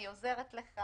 אני עוזרת לך